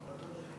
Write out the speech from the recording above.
ההצעה להעביר את